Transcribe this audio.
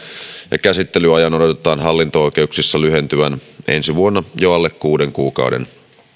ja käsittelyajan odotetaan hallinto oikeuksissa lyhentyvän ensi vuonna jo alle kuuden kuukauden